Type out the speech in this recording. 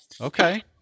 Okay